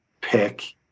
pick